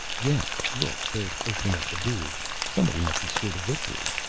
yes look, they're opening up the booths. somebody must've scored a victory.